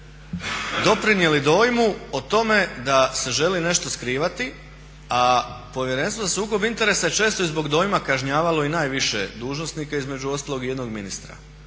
doprinijeli dojmu o tome da se želi nešto skrivati, a Povjerenstvo za sukob interesa je često i zbog dojma kažnjavalo i najviše dužnosnike, između ostalog i jednog ministra.